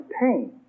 pain